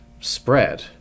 spread